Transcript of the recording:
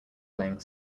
playing